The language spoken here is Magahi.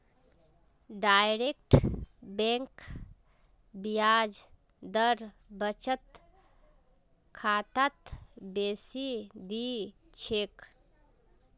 डायरेक्ट बैंक ब्याज दर बचत खातात बेसी दी छेक